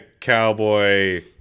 cowboy